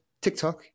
TikTok